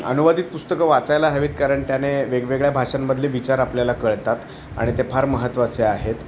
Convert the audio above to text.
अनुवादित पुस्तकं वाचायला हवीेत कारण त्याने वेगवेगळ्या भाषांमधले विचार आपल्याला कळतात आणि ते फार महत्त्वाचे आहेत